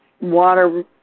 water